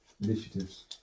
initiatives